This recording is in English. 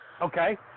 Okay